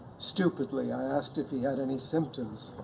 stupidly i asked if he had any symptoms,